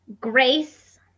grace